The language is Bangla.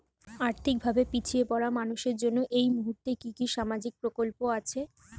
আর্থিক ভাবে পিছিয়ে পড়া মানুষের জন্য এই মুহূর্তে কি কি সামাজিক প্রকল্প আছে?